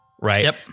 Right